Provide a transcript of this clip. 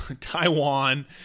Taiwan